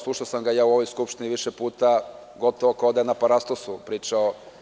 Slušao sam ga u ovoj Skupštini više puta, a sada kao da je na parastosu pričao.